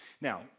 Now